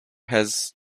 has